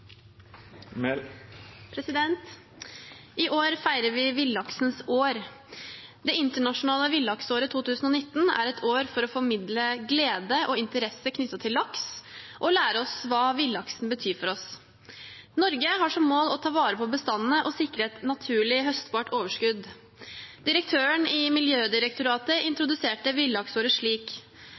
vedteke. I år feirer vi villaksens år. Det internasjonale villaksåret 2019 er et år for å formidle glede og interesse knyttet til laks og å lære oss hva villaksen betyr for oss. Norge har som mål å ta vare på bestandene og sikre et naturlig høstbart overskudd. Direktøren i Miljødirektoratet introduserte villaksåret slik: